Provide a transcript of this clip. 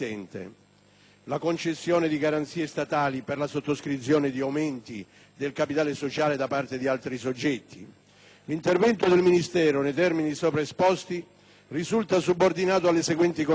la concessione di garanzie statali per la sottoscrizione di aumenti del capitale sociale da parte di altri soggetti. L'intervento del Ministero, nei termini sopra esposti, risulta subordinato alle seguenti condizioni: